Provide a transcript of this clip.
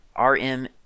rm